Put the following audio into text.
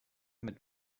mit